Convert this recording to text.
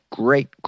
great